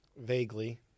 vaguely